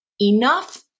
enough